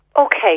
Okay